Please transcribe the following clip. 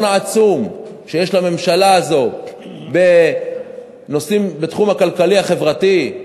העצום של הממשלה הזאת בתחום הכלכלי החברתי.